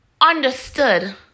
understood